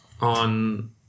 on